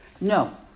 No